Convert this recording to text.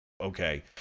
okay